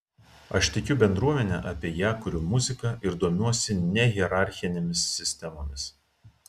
aš tikiu bendruomene apie ją kuriu muziką ir domiuosi nehierarchinėmis sistemomis